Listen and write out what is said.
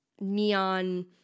neon